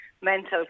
mental